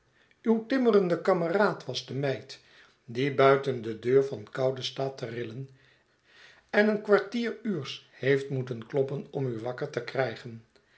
uw timmerende kameraad was de meid die buiten de deur van koude staat te rillen en een kwartieruurs heeft moeten kloppen om u wakker te krijgen